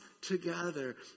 together